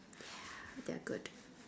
yeah they're good